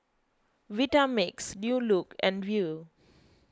Vitamix New Look and Viu